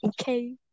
okay